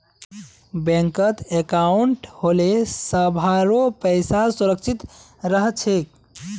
बैंकत अंकाउट होले सभारो पैसा सुरक्षित रह छेक